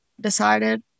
decided